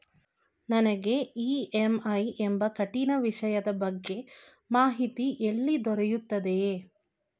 ನನಗೆ ಇ.ಎಂ.ಐ ಎಂಬ ಕಠಿಣ ವಿಷಯದ ಬಗ್ಗೆ ಮಾಹಿತಿ ಎಲ್ಲಿ ದೊರೆಯುತ್ತದೆಯೇ?